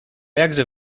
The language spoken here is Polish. jakże